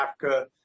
Africa